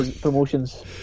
promotions